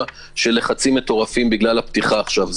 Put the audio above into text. של לחצים מטורפים בגלל הפתיחה עכשיו,